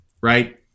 right